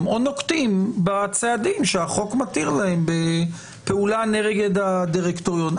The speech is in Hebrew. או נוקטים בצעדים שהחוק מתיר להם בפעולה נגד הדירקטוריון.